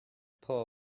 pull